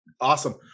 Awesome